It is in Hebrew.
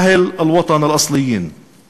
(אומר בערבית: אנשי המולדת המקוריים);